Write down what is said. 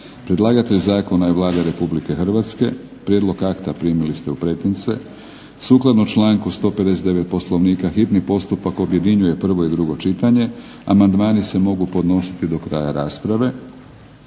Predlagatelj zakona je Vlada Republike Hrvatske. Prijedlog akata primili ste u pretince. U skladu sa člankom 159. Poslovnika Hrvatskog sabora, hitni postupak objedinjuje prvo i drugo čitanje. Amandmani na prijedlog zakona mogu se podnijeti do kraja rasprave